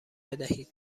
بدهید